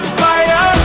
fire